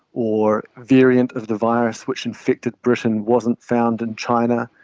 or variant of the virus which infected britain wasn't found in china.